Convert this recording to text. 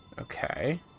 Okay